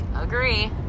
Agree